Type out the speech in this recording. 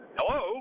Hello